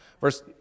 Verse